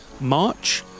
March